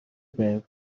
байв